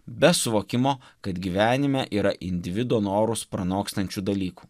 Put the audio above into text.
be suvokimo kad gyvenime yra individo norus pranokstančių dalykų